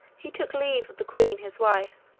he took leave of the queen his wife,